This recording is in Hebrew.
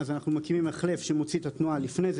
אז אנחנו מקימים מחלף שמוציא את התנועה לפני כן,